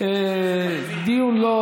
נא לא